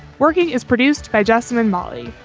working is produced by justin and molly.